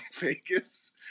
Vegas